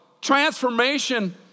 Transformation